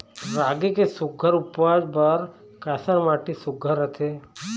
रागी के सुघ्घर उपज बर कैसन माटी सुघ्घर रथे?